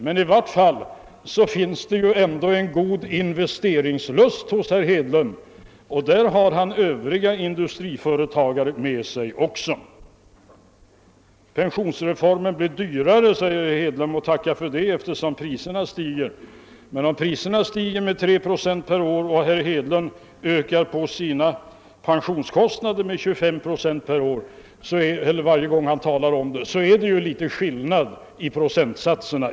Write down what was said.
Men i varje fall finns det en god investeringslust hos herr Hedlund, och detta gäller även övriga industriföretagare. Pensionsreformen blev dyrare, eftersom priserna stiger! säger herr Hedlund. Men om priserna stiger med 3 procent om året och herr Hedlund ökar sina förslag om pensionskostnader med 235 procent varje gång han talar om dem, föreligger det ju i alla fall en liten skillnad mellan procentsatserna.